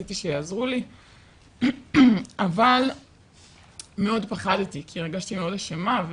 רציתי שיעזרו לי אבל מאוד פחדתי כי הרגשתי מאוד אשמה.